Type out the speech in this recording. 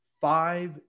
five